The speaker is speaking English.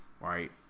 Right